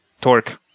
Torque